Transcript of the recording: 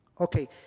Okay